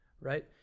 Right